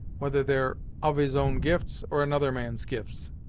whether they're of his own gifts or another man's gifts.